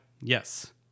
yes